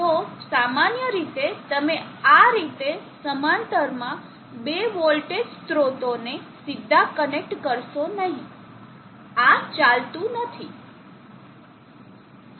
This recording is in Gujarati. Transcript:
તોસામાન્ય રીતે તમે આ રીતે સમાંતર બે વોલ્ટેજ સ્રોતોને સીધા કનેક્ટ કરશો નહીં આ ચાલતું નથી